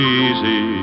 easy